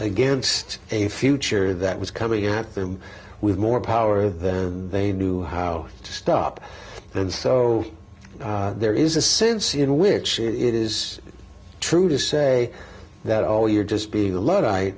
against a future that was coming at them with more power than they knew how to stop and so there is a sense in which it is true to say that all you're just being a lot i